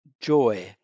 joy